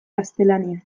gaztelaniaz